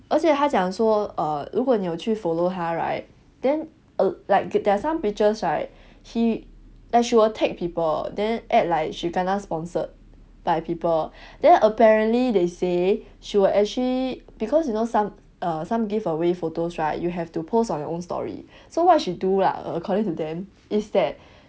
而且他讲说 err 如果你有去 follow 他 right then like err there are some pictures right he like she will tag people then add like she kena sponsored by people then apparently they say she will actually because you know some err some give away photos right you have to post on your own story so what she do lah according to them is that